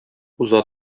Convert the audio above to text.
уза